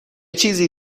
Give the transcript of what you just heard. چیزی